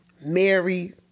Mary